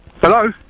Hello